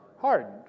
hardened